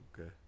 Okay